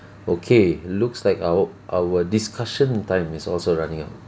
okay looks like our our discussion time is also running out